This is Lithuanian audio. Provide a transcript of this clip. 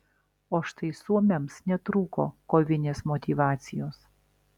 o štai suomiams netrūko kovinės motyvacijos